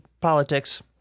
politics